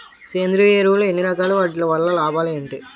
సేంద్రీయ ఎరువులు ఎన్ని రకాలు? వాటి వల్ల లాభాలు ఏంటి?